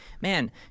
man